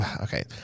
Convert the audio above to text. okay